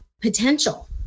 potential